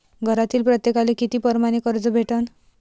घरातील प्रत्येकाले किती परमाने कर्ज भेटन?